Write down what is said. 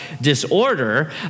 disorder